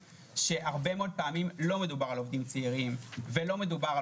שהרבה מאוד פעמים לא מדובר בעובדים צעירים ולא מדובר על